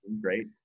Great